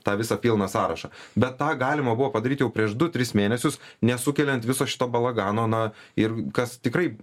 tą visą pilną sąrašą bet tą galima buvo padaryt jau prieš du tris mėnesius nesukeliant viso šito balagano na ir kas tikrai